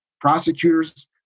prosecutors